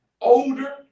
Older